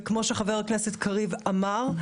כמו שחבר הכנסת קריב אמר,